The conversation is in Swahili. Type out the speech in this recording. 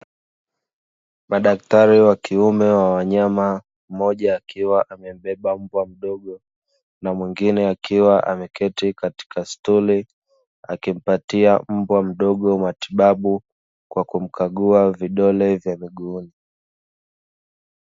Madaktari wa kiume wa wanyama, mmoja akiwa amembeba mbwa mdogo na mwingine akiwa ameketi katika stuli akimpatia mbwa mdogo matibabu kwa kumkagua vidole vya miguuni.